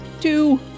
two